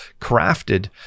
crafted